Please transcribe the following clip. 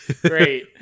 Great